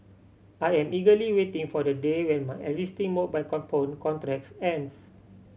I am eagerly waiting for the day when my existing mobile contracts ends